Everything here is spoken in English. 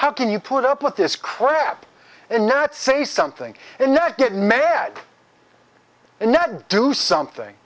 how can you put up with this crap and not say something and not get mad and not do something